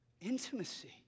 intimacy